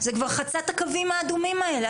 זה כבר חצה את הקווים האדומים האלה.